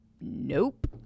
Nope